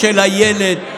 של הילד,